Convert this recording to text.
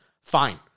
fine